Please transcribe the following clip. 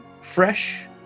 fresh